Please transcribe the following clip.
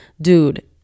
Dude